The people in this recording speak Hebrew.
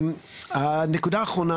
הנקודה האחרונה,